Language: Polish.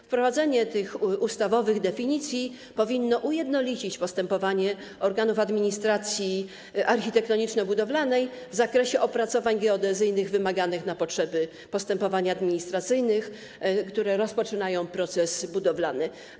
Wprowadzenie tych ustawowych definicji powinno ujednolicić postępowanie organów administracji architektoniczno-budowlanej w zakresie opracowań geodezyjnych wymaganych na potrzeby postępowań administracyjnych, które rozpoczynają proces budowlany.